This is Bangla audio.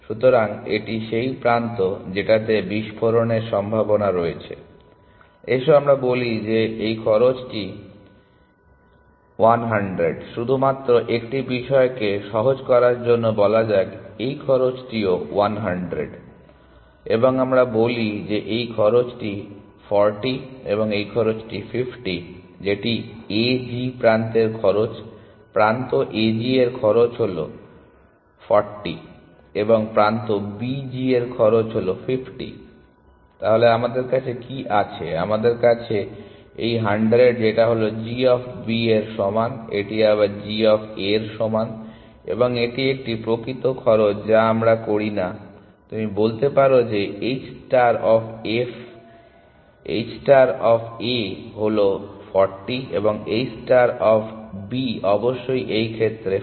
সুতরাং এটি সেই প্রান্ত যেটাতে বিস্ফোরণের সম্ভাবনা রয়েছে এসো আমরা বলি যে এই খরচটি 100 শুধুমাত্র একটি বিষয়কে সহজ করার জন্য বলা যাক এই খরচটিও 100 এবং আমরা বলি যে এই খরচটি 40 এবং এই খরচ 50 যেটি AG প্রান্তের খরচপ্রান্ত AG এর খরচ হল 40 এবং প্রান্ত BG এর খরচ হল 50 । তাহলে আমাদের কাছে কি আছে আমাদের কাছে এই 100 যেটা হল g অফ B এর সমান এটি আবার g অফ A এর সমান এবং এটি একটি প্রকৃত খরচ যা আমরা করি না তুমি বলতে পারো যে h ষ্টার অফ A হলো 40 এবং h ষ্টার অফ B অবশ্যই এই ক্ষেত্রে 50